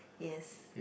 yes